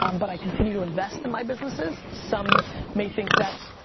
um but i continue to invest in my businesses. some may think that's,